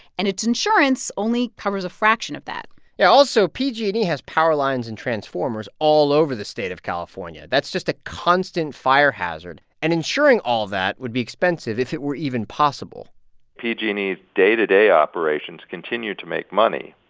and its insurance only covers a fraction of that yeah. also, pg and e has power lines and transformers all over the state of california. that's just a constant fire hazard, and insuring all that would be expensive if it were even possible pg and e's day-to-day operations continue to make money.